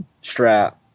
strap